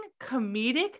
comedic